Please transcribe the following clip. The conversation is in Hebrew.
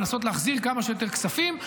לנסות להחזיר כמה שיותר כספים.